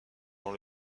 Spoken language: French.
dans